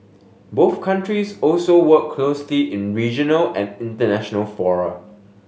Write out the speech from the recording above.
both countries also work closely in regional and international fora